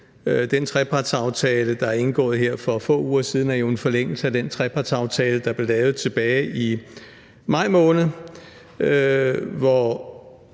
Den trepartsaftale, der blev indgået her for få uger siden, er jo en forlængelse af den trepartsaftale, der blev lavet tilbage i maj måned, hvor